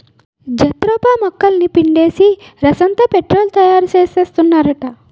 jatropha మొక్కలని పిండేసి రసంతో పెట్రోలు తయారుసేత్తన్నారట